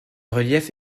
relief